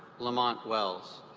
lamont wells.